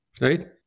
right